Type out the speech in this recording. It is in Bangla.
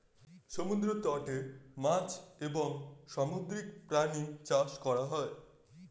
সমুদ্র তটে মাছ এবং সামুদ্রিক প্রাণী চাষ করা হয়